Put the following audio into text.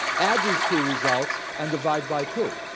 add these two results and divide by two.